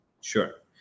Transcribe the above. Sure